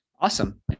Awesome